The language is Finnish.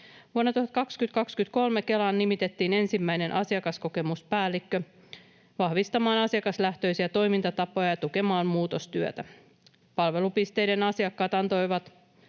Vuonna 2023 Kelaan nimitettiin ensimmäinen asiakaskokemuspäällikkö vahvistamaan asiakaslähtöisiä toimintatapoja ja tukemaan muutostyötä. Palvelupisteiden asiakkaat antoivat